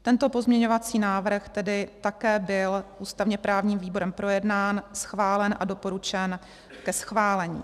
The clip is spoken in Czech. Tento pozměňovací návrh tedy také byl ústavněprávním výborem projednán, schválen a doporučen ke schválení.